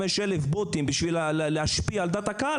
25,000 בוטים בשביל להשפיע על דעת הקהל,